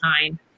time